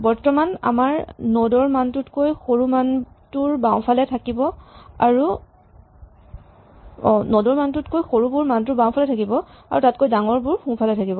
বৰ্তমান ৰ নড ৰ মানটোতকৈ সৰুবোৰ মানটোৰ বাওঁফালে থাকিব আৰু তাতকৈ ডাঙৰবোৰ সোঁফালে থাকিব